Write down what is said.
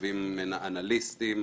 שמורכבת מאנליסטים,